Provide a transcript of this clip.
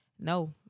No